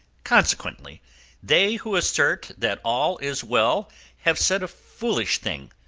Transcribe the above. consequently they who assert that all is well have said a foolish thing,